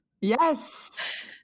Yes